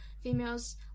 females